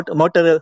motor